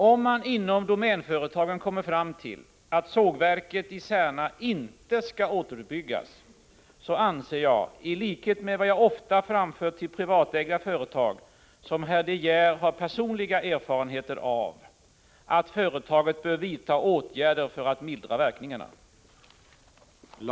Om man inom Domänföretagen kommer fram till att sågverket i Särna inte skall återuppbyggas, anser jag — i likhet med vad jag ofta har framfört till privatägda företag, som herr De Geer har personliga erfarenheter av — att företaget bör vidta åtgärder för att mildra verkningarna.